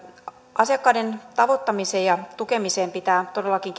asiakkaiden tavoittamiseen ja tukemiseen pitää todellakin